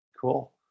cool